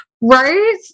Right